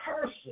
person